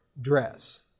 dress